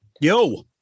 Yo